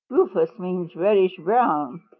rufous means reddish-brown,